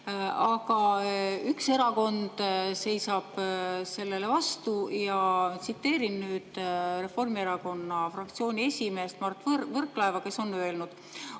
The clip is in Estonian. Aga üks erakond seisab sellele vastu. Tsiteerin nüüd Reformierakonna fraktsiooni esimeest Mart Võrklaeva, kes on öelnud: